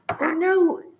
No